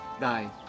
die